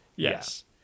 Yes